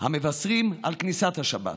המבשרים על כניסת השבת.